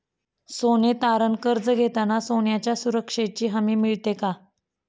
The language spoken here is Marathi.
सोने तारण कर्ज घेताना सोन्याच्या सुरक्षेची हमी मिळते का?